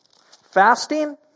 Fasting